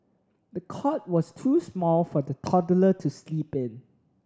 the cot was too small for the toddler to sleep in